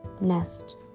nest